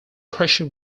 pressure